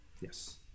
yes